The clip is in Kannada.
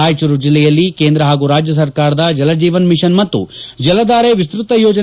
ರಾಯಚೂರು ಜಿಲ್ಲೆಯಲ್ಲಿ ಕೇಂದ್ರ ಹಾಗೂ ರಾಜ್ಯ ಸರ್ಕಾರದ ಜಲಜೀವನ್ ಮಿಷನ್ ಮತ್ತು ಜಲಧಾರೆ ವಿಸ್ತತ ಯೋಜನೆ